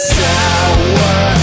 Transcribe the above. sour